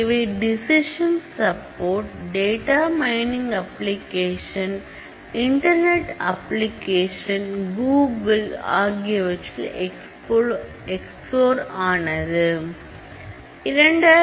இவை decision support data mining application internet application Google ஆகியவற்றில் explore ஆனது